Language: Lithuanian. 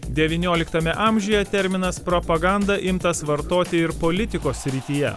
devynioliktame amžiuje terminas propaganda imtas vartoti ir politikos srityje